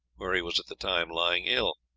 where he was at the time lying ill.